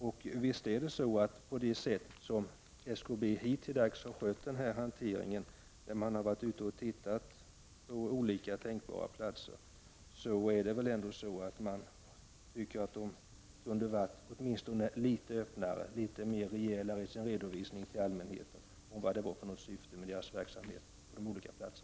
Jag tycker nog att KBS under sin nuvarande hantering, när man varit ute och undersökt olika tänkbara platser, kunde ha varit litet öppnare och rejälare i sin redovisning till allmänheten om vad verksamheten haft för syfte.